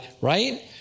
right